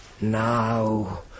Now